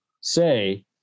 say